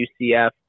UCF